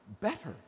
better